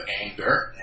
anger